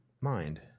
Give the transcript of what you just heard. mind